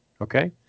Okay